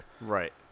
Right